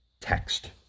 text